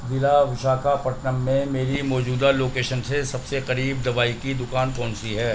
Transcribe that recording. ضلع وشاکاپٹنم میں میری موجودہ لوکیشن سے سب سے قریب دوائی کی دکان کون سی ہے